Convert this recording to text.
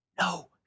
No